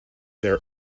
their